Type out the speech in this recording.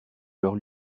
leur